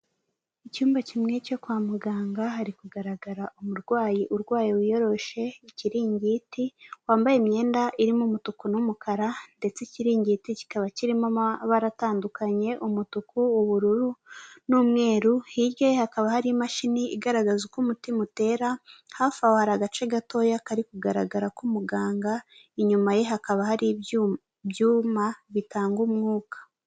Icyumba kimwe cyo kwa muganga, hari kugaragara umurwayi urwaye wiyoroshe ikiringiti, wambaye imyenda irimo umutuku n'umukara ndetse ikiringiti kikaba kirimo amabara atandukanye, umutuku, ubururu n'umweru, hirya ye hakaba hari imashini igaragaza uko umutima utera, hafi aho hari agace gatoya kari kugaragara k'umuganga, inyuma ye hakaba hari ibyuma bitanga umwuka.